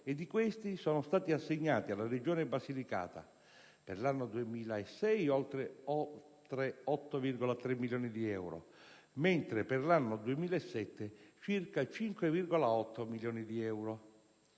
e, di questi, sono stati assegnati alla Regione Basilicata, per l'anno 2006, oltre 8,3 milioni di euro, mentre per l'anno 2007 circa 5,8 milioni di euro.